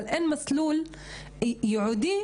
אבל אין מסלול ייעודי,